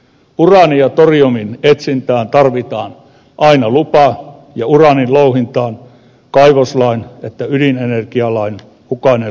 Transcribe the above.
uraanin ja toriumin etsintään tarvitaan aina lupa ja uraanin louhintaan kaivoslain että ydinenergialain mukainen lupa